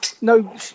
no